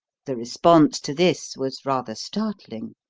the response to this was rather startling.